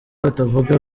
atavuga